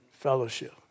fellowship